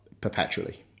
perpetually